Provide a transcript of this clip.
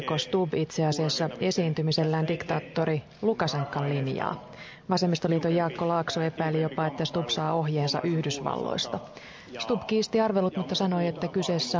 millä tavalla ministeri näkee puurakentamisen tästä eteenpäin kun raaka aineista on tiukempi kamppailu suomalaisen puun osalta ja muut vaatimukset ulkoapäin tulevat koskemaan kokonaista metsäsektoria